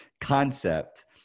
concept